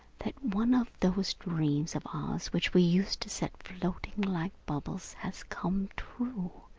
that one of those dreams of ours which we used to set floating like bubbles, has come true.